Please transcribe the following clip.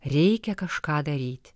reikia kažką daryt